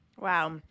Wow